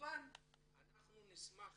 כמובן נשמח